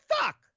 fuck